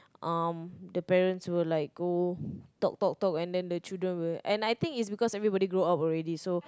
um the parents will like go talk talk talk and then the children will and I think it's because everybody grow up already so